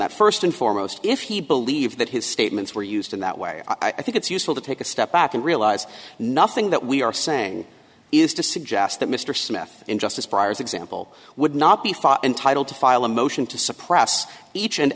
that first and foremost if he believes that his statements were used in that way i think it's useful to take a step back and realize nothing that we are saying is to suggest that mr smith in justice briar's example would not be entitled to file a motion to suppress each and